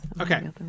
Okay